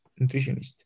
nutritionist